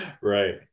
Right